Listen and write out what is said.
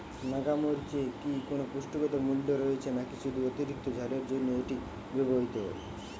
নাগা মরিচে কি কোনো পুষ্টিগত মূল্য রয়েছে নাকি শুধু অতিরিক্ত ঝালের জন্য এটি ব্যবহৃত হয়?